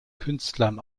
künstlern